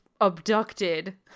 abducted